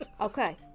Okay